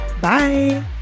Bye